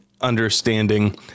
understanding